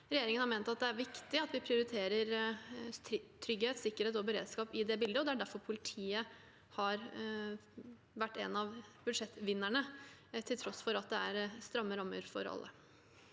Regjeringen har ment at det er viktig at vi prioriterer trygghet, sikkerhet og beredskap i det bildet, og det er derfor politiet har vært en av budsjettvinnerne, til tross for at det er stramme rammer for alle.